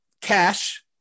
Cash